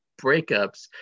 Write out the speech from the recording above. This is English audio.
breakups